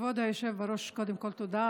כבוד היושב-ראש, קודם כול תודה.